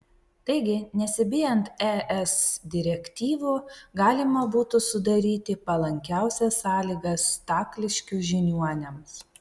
taigi nesibijant es direktyvų galima būtų sudaryti palankiausias sąlygas stakliškių žiniuoniams